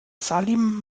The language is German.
salim